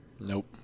Nope